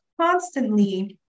constantly